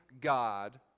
God